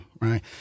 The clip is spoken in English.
right